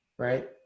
Right